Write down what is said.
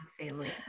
family